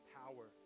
power